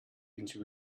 into